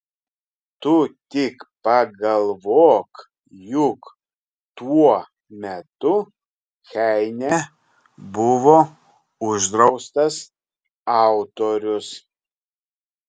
tu tik pagalvok juk tuo metu heine buvo uždraustas autorius